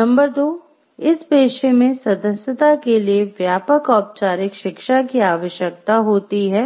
number दो इस पेशे में सदस्यता के लिए व्यापक औपचारिक शिक्षा की आवश्यकता होती है